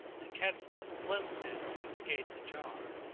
and catch some glimpses through the gates ajar.